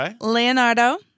Leonardo